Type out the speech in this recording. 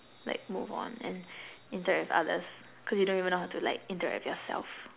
like move on and interact with others cause you don't even know how to like interact with yourself